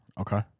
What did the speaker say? Okay